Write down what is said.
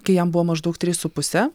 kai jam buvo maždaug trys su puse